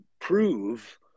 prove